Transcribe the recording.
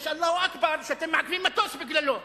יש "אללה אכבר" שאתם מעכבים מטוס בגללו.